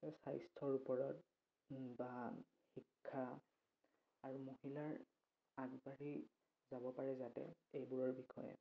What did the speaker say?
স্বাস্থ্যৰ ওপৰত বা শিক্ষা আৰু মহিলাৰ আগবাঢ়ি যাব পাৰে যাতে এইবোৰৰ বিষয়ে